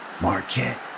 Marquette